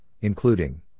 including